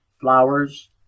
flowers